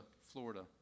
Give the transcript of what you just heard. Florida